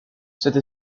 cette